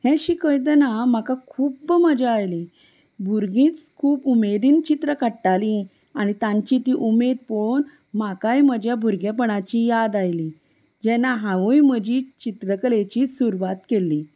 हें शिकयतना म्हाका खुब्ब मजा आयली भुरगींच खूब उमेदीन चित्रां काडटालीं आनी तांची ती उमेद पळोवन म्हाकाय म्हज्या भुरगेंपणाची याद आयली जेन्ना हांवूंय म्हजी चित्रकलेची सुरवात केल्ली